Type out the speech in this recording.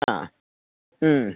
ആ മ്മ്